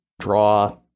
draw